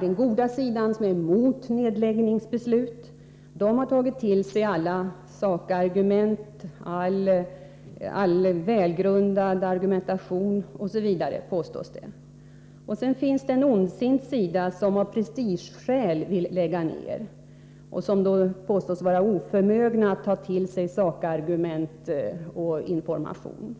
den goda sidan som är mot nedläggningsbeslut — har tagit till sig alla sakargument, all välgrundad argumentation osv. Och sedan finns det en ondsint sida, som av prestigeskäl vill lägga ner utbildningsenheter och som påstås vara oförmögen att ta till sig sakargument och information.